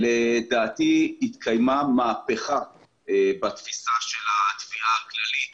לדעתי התקיימה מהפכה בתפיסה של התביעה הכללית